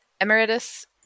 emeritus